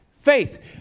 faith